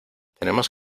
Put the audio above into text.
tenemos